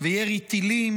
וירי הטילים.